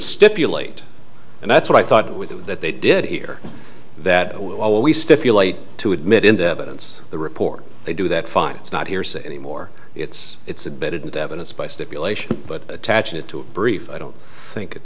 stipulate and that's what i thought that they did here that while we stipulate to admit into evidence the report they do that fine it's not hearsay anymore it's it's a bit of evidence by stipulation but attach it to a brief i don't think